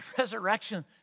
resurrection